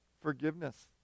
forgiveness